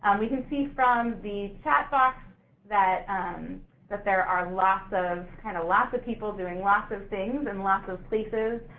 we can see from the chat box that um that there are lots of, kind of lots of people doing lots of things in lots of places.